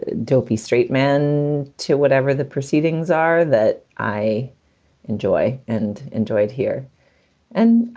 dopey straight man to whatever the proceedings are that i enjoy and enjoyed here and,